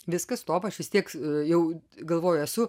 viskas stop aš vis tiek jau galvoju esu